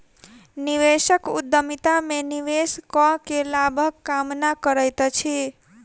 निवेशक उद्यमिता में निवेश कअ के लाभक कामना करैत अछि